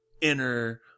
inner